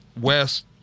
west